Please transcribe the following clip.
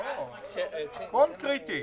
הכול קריטי